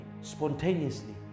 spontaneously